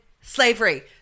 slavery